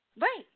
Right